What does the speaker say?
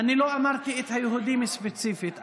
אני לא אמרתי "את היהודים" ספציפית,